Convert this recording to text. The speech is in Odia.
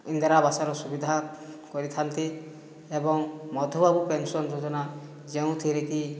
ଇନ୍ଦିରା ଆବାସର ସୁବିଧା କରିଥାନ୍ତି ଏବଂ ମଧୁବାବୁ ପେନସନ୍ ଯୋଜନା ଯେଉଁଥିରେକି